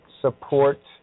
support